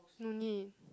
no need